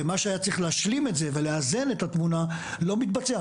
ומה שהיה צריך להשלים את זה ולאזן את התמונה לא מתבצע.